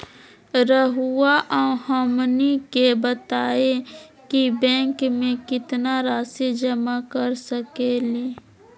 रहुआ हमनी के बताएं कि बैंक में कितना रासि जमा कर सके ली?